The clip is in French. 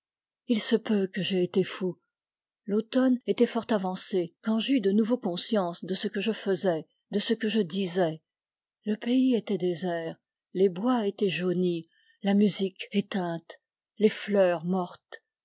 il se peut que j'aie été fou l'automne était fort avancé quand j'eus de nouveau conscience de ce que je faisais de ce que je disais le pays était désert les bois étaient jaunis la musique éteinte les fleurs mortes